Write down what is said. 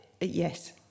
Yes